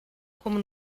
como